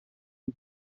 این